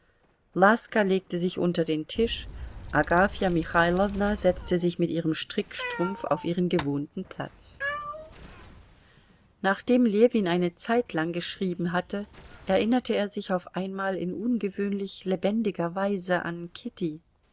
laska legte sich unter den tisch agafja michailowna setzte sich mit ihrem strickstrumpf auf ihren gewohnten platz nachdem ljewin eine zeitlang geschrieben hatte erinnerte er sich auf einmal in ungewöhnlich lebendiger weise an kitty